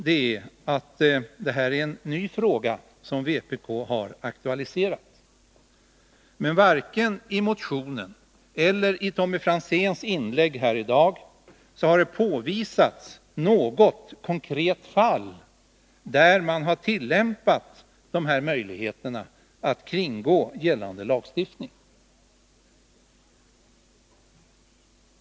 Det är en ny fråga som vpk har aktualiserat, och varken i motionen eller i Tommy Franzéns inlägg här i dag har det påvisats något konkret fall där de i motionen beskrivna möjligheterna att kringgå gällande lagstiftning har tillämpats.